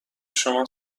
شما